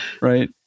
Right